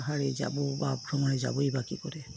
পাহাড়ে যাব বা ভ্রমণে যাবই বা কী করে